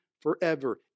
forever